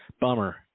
Bummer